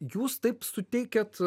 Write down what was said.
jūs taip suteikiat